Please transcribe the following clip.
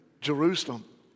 Jerusalem